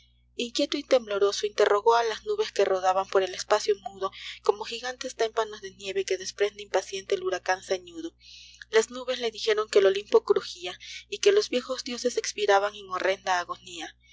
inquieto y tembloroso interrogó á las nubes que rodaban por el espado mudo como jigantes témpanos de nieve que desprende impaciente el huracan zañudo las nubes le dijeron que el olimpo crujía y que los viejos dioses espiraban en horrenda agonía